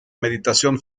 meditación